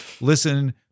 Listen